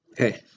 Okay